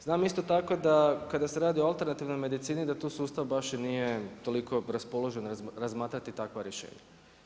Znam isto tako da kakda se radi o alternativnoj medicini da tu sustav baš i nije toliko raspoložen razmatrati takva rješenja.